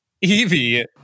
Evie